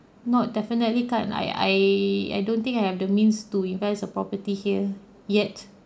not definitely can't I I I don't think I have the means to invest on property here yet